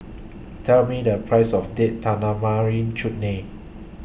Tell Me The Price of Date Tamarind Chutney